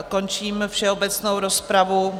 Končím všeobecnou rozpravu.